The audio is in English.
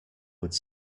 would